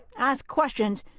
ask questions,